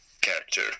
character